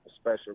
special